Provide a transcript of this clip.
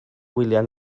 gwyliau